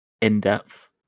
in-depth